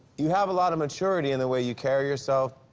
you have a lot of maturity in the way you carry yourself.